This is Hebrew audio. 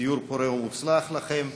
סיור פורה ומוצלח לכם.